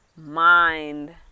mind